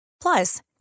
Plus